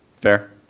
Fair